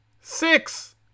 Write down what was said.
Six